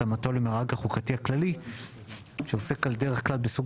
התאמתו למארג החוקתי הכללי שעוסק על דרך הכלל בסוג